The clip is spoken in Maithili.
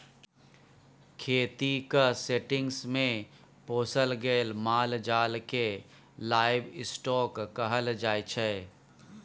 खेतीक सेटिंग्स मे पोसल गेल माल जाल केँ लाइव स्टाँक कहल जाइ छै